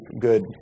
good